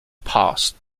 passed